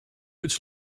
its